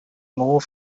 more